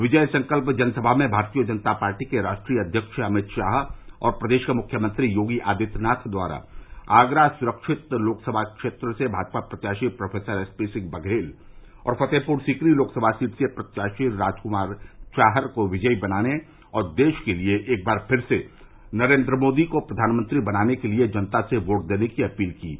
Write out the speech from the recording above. विजय संकल्प जनसभा में भारतीय जनता पार्टी के राष्ट्रीय अध्यक्ष अमित शाह और प्रदेश के मुख्यमंत्री योगी आदित्य नाथ द्वारा आगरा सुरक्षित लोकसभा क्षेत्र से भाजपा प्रत्याशी प्रोफेसर एसपी सिंह बघेल और फतेहपुर सीकरी लोकसभा सीट से प्रत्याशी राजकुमार चाहर को विजयी बनाने और देश के लिए एक बार फिर से नरेंद्र मोदी को प्रधानमन्त्री बनाने के लिए जनता से वोट देने की अपील की है